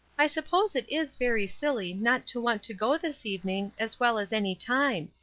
i suppose it is very silly not to want to go this evening, as well as any time,